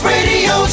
Radio